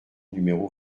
numéro